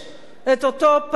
את אותו פסוק